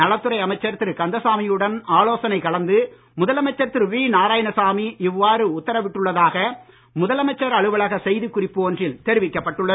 நலத்துறை அமைச்சர் திரு கந்தசாமியுடன் ஆலோசனை கலந்து முதலமைச்சர் திரு வி நாராயணசாமி இவ்வாறு உத்தரவிட்டுள்ளதாக முதலமைச்சர் அலுவலக செய்திக் குறிப்பு ஒன்றில் தெரிவிக்கப்பட்டுள்ளது